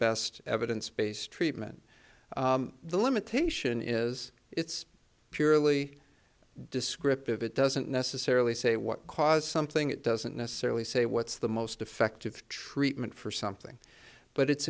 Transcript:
best evidence based treatment the limitation is it's purely descriptive it doesn't necessarily say what caused something it doesn't necessarily say what's the most effective treatment for something but it's